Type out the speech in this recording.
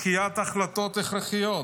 דחיית החלטות הכרחיות.